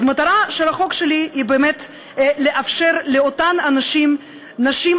אז המטרה של החוק שלי היא באמת לאפשר לאותן נשים אמיצות,